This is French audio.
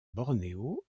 bornéo